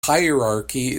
hierarchy